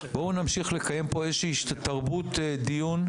בואו נמשיך לקיים פה איזושהי תרבות דיון.